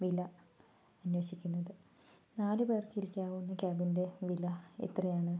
വില അന്വേഷിക്കുന്നത് നാലുപേർക്ക് ഇരിക്കാവുന്ന ക്യാബിൻ്റെ വില എത്രയാണ്